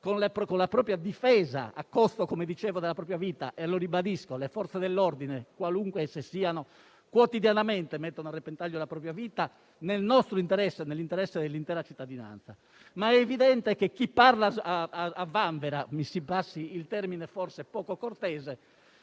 con la difesa a costo della propria vita. Come dicevo - e lo ribadisco - le Forze dell'ordine, qualunque esse siano, quotidianamente mettono a repentaglio la propria vita nel nostro interesse, nell'interesse dell'intera cittadinanza. Tuttavia è evidente che chi parla a vanvera - mi si passi il termine forse poco cortese